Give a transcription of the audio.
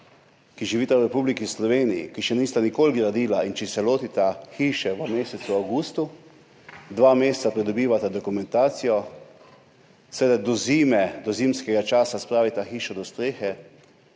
ki živita v Republiki Sloveniji, ki še nista nikoli gradila, in če se lotita hiše v mesecu avgustu, dva meseca pridobivata dokumentacijo, seveda do zime, do zimskega časa spravita hišo do strehe,